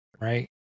right